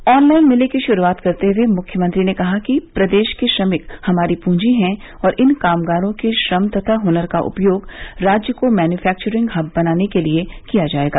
online मेले की श्रुआत करते हुए मुख्यमंत्री ने कहा कि प्रदेश के श्रमिक हमारी पूंजी हैं और इन कामगारों के श्रम तथा ह्नर का उपयोग राज्य को मैन्युफैक्चरिंग हब बनाने के लिए किया जाएगा